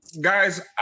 guys